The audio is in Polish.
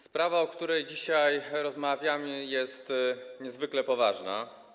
Sprawa, o której dzisiaj rozmawiamy, jest niezwykle poważna.